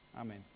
Amen